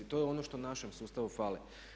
To je ono što našem sustavu fali.